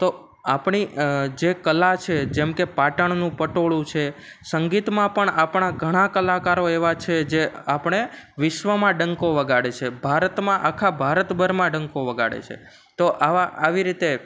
તો આપણી જે કલા છે જેમકે પાટણનું પટોળું છે સંગીતમાં પણ આપણાં ઘણા કલાકારો એવા છે જે આપણને વિશ્વમાં ડંકો વગાડે છે ભારતમાં આખા ભારતભરમાં ડંકો વગાડે છે તો આવા આવી રીતે